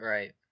Right